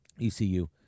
ECU